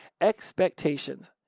expectations